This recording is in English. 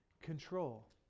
control